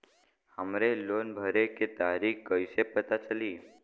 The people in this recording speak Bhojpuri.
हमरे लोन भरे के तारीख कईसे पता चली?